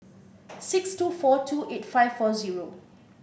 six two four two eight five four zero